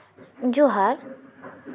ᱡᱚᱦᱟᱨ